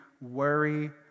worry